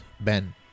Ben